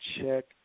Check